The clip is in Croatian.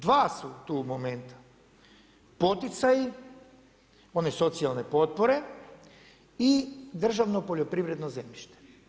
Dva su tu momenta, poticaji one socijalne potpore i državno poljoprivredno zemljište.